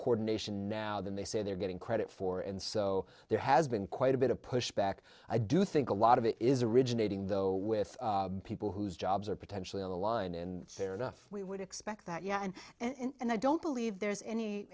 coordination now than they say they're getting credit for and so there has been quite a bit of pushback i do think a lot of it is originating though with people whose jobs are potentially on the line and fair enough we would expect that yeah and i don't believe there's any